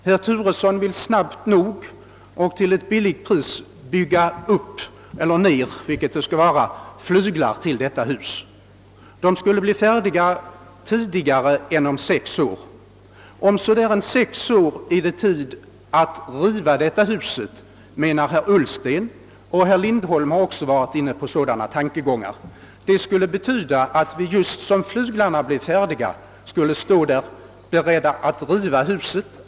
Herr Turesson vill snabbt och till ett billigt pris bygga upp eller ned — vilket det nu skall vara — flyglar till huset, vilka skulle vara färdiga inom kortare tid än sex år. Herr Ullsten menar i sin tur att det om cirka sex år skulle vara tid för att riva huset, och även herr Lindholm har varit inne på sådana tankegångar. Det skulle betyda att vi just som flyglarna blir färdiga skulle riva ned själva huset.